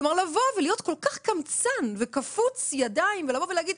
לבוא ולהיות כל כך קמצן וקפוץ ידיים ולבוא ולהגיד,